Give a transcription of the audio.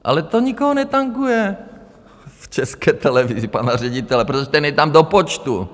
Ale to nikoho netanguje v České televizi, pana ředitele, protože ten je tam do počtu.